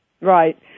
Right